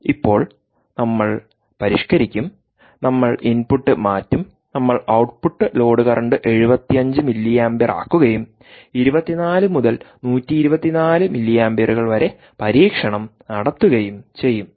ഇപ്പോൾ നമ്മൾ പരിഷ്ക്കരിക്കും നമ്മൾ ഇൻപുട്ട് മാറ്റും നമ്മൾ ഔട്ട്പുട്ട് ലോഡ് കറന്റ് 75 മില്ലി ആമ്പിയറാക്കുകയും 24 മുതൽ 124 മില്ലിയാംപിയറുകൾ വരെ പരീക്ഷണം നടത്തുകയും ചെയ്യും